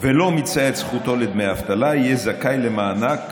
ולא מיצה את זכותו לדמי אבטלה יהיה זכאי למענק